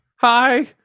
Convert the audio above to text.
hi